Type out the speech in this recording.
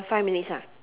five minutes ah